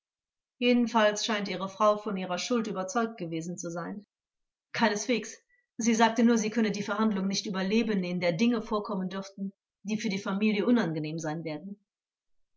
jedenfalls scheint ihre frau von ihrer schuld überzeugt gewesen zu sein angekl keineswegs sie sagte nur sie könne die verhandlung nicht überleben in der dinge vorkommen dürften die für die familie unangenehm sein werden